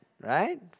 right